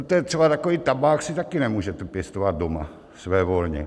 Protože třeba takový tabák si taky nemůžete pěstovat doma svévolně.